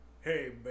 Hey